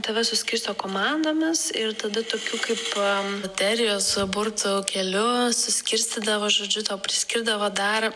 tave suskirsto komandomis ir tada tokiu kaip loterijos burtų keliu suskirstydavo žodžiu tau priskirdavo dar